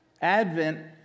Advent